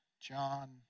John